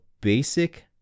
basic